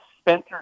Spencer